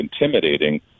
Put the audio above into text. intimidating